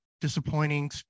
disappointing